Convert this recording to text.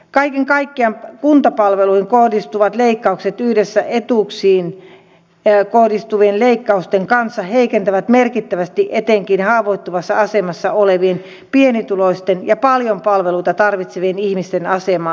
kaiken kaikkiaan kuntapalveluihin kohdistuvat leikkaukset yhdessä etuuksiin kohdistuvien leikkausten kanssa heikentävät merkittävästi etenkin haavoittuvassa asemassa olevien pienituloisten ja paljon palveluita tarvitsevien ihmisten asemaa